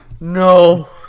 No